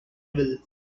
will